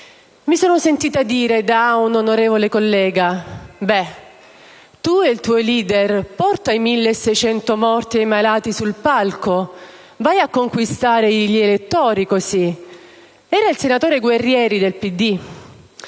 Mi sono sentita dire da un onorevole collega: «Beh, tu e il tuo *leader* portate i 1.600 morti e i malati sul palco. Vai a conquistare gli elettori così». Era il senatore Guerrieri Paleotti